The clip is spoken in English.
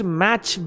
match